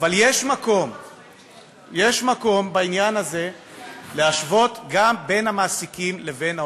אבל יש מקום בעניין הזה להשוות גם בין המעסיקים לבין העובדים.